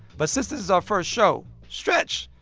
but since this is our first show stretch,